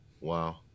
Wow